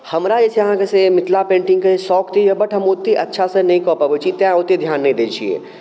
हमरा जे छै अहाँके से मिथिला पेन्टिङ्गके सौख तऽ अइ बट हम ओतेक अच्छासँ नहि कऽ पबै छी तेँ ओतेक धिआन नहि दै छिए